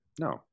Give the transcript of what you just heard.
No